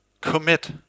commit